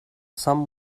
some